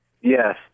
Yes